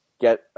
get